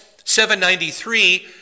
793